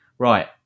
Right